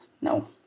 no